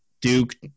Duke